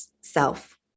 self